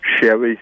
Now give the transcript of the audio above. Chevy